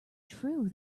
true